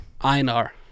Einar